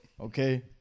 Okay